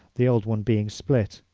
the old one being split.